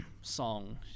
song